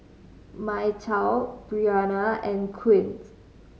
Mychal Brianna and Quint